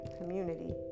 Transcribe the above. community